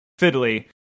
fiddly